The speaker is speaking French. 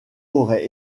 aurait